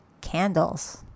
candles